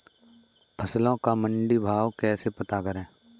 फसलों का मंडी भाव कैसे पता करें?